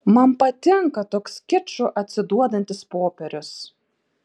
man patinka toks kiču atsiduodantis popierius